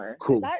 cool